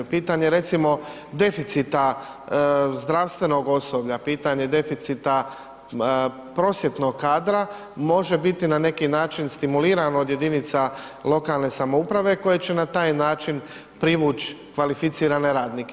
Pitanje recimo deficita zdravstvenog osoblja, pitanje deficita prosvjetnog kadra može biti na neki način stimulirano od jedinica lokalne samouprave koje će na taj način privuć kvalificirane radnike.